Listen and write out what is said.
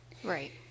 right